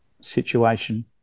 situation